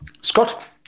Scott